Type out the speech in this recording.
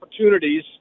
opportunities